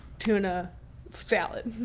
tuna salad.